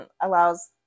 allows